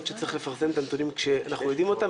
שצריך לפרסם את הנתונים כשאנחנו יודעים אותם,